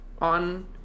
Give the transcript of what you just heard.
on